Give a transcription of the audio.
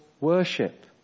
worship